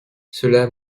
cela